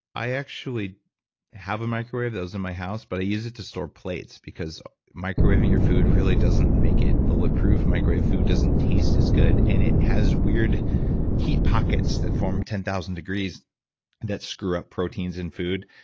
i actually have a microwave that was in my house, but i use it to store plates because microwaving your food really doesn't make it bulletproof. microwaved food doesn't taste as good, and it has weird heat pockets that form ten thousand degrees that screw up proteins in food.